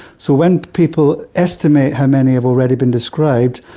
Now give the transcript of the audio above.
so when people estimate how many have already been described,